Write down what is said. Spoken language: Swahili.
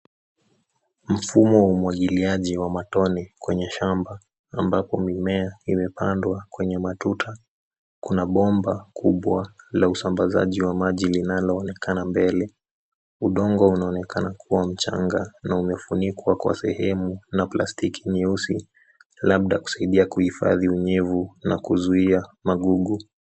Mfumo wa umwagiliaji wa matone kwenye shamba ambapo mimea imepandwa Kwa matuta. Kuna bomba kubwa la usambazaji wa maji linaloonekana mbele. Udongo unaonekana kuwa mchanga na umefunikwa Kwa sehemu na plastiki nyeusi, labda kusaidia kuhifadhi unyevu na kuzuia magugu.